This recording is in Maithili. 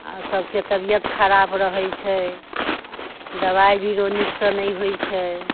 आओर सभके तबियत खराब रहै छै दवाइ नीकसँ नहि होइ छै